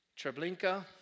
Treblinka